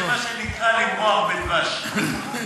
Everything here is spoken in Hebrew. זה מה שנקרא "למרוח בדבש".